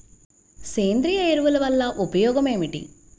సేంద్రీయ ఎరువుల వల్ల ఉపయోగమేమిటీ?